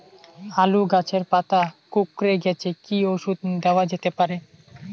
আলু গাছের পাতা কুকরে গেছে কি ঔষধ দেওয়া যেতে পারে?